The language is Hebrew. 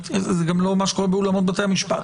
וזה גם לא מה שקורה באולמות בתי המשפט.